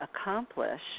accomplish